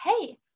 hey